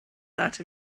that